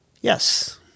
Yes